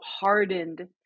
hardened